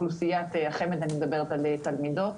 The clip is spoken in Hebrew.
מאוכלוסיית החמ"ד, אני מדברת על תלמידות,